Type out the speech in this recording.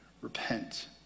repent